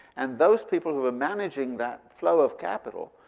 and those people who are managing that flow of capital,